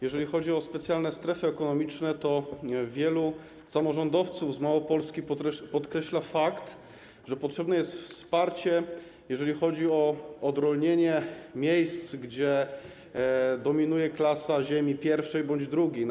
Jeżeli chodzi o specjalne strefy ekonomiczne, to wielu samorządowców z Małopolski podkreśla fakt, że potrzebne jest wsparcie, jeżeli chodzi o odrolnienie miejsc, gdzie dominuje ziemia klasy I bądź II.